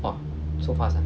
!wah! so fast ah